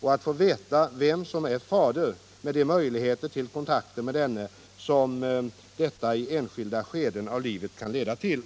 och att få veta vem som är fader, med de möjligheter till kontakter med denne som detta i skilda skeden av livet kan leda till.